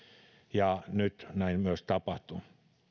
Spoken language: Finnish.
ja nyt näin myös tapahtuu